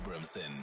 Abramson